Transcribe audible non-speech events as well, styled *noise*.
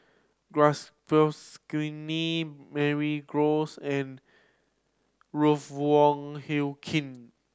*unintelligible* *unintelligible* Mary Gomes and Ruth Wong Hie King